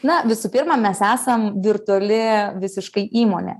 na visų pirma mes esam virtuali visiškai įmonė